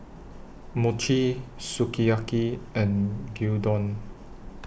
Mochi Sukiyaki and Gyudon